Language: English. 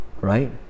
Right